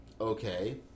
Okay